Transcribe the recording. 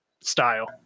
style